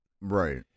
Right